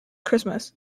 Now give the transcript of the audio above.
christmas